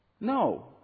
No